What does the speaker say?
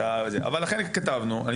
לכן כתבנו,